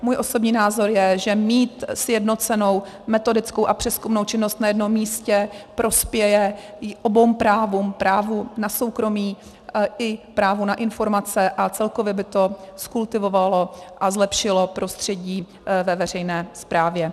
Můj osobní názor je, že mít sjednocenou metodickou a přezkumnou činnost na jednom místě prospěje oběma právům, právu na soukromí i právu na informace, a celkově by to zkultivovalo a zlepšilo prostředí ve veřejné správě.